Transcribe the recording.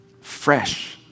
fresh